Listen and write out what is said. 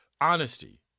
honesty